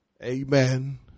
Amen